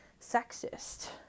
sexist